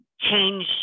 change